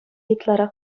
ытларах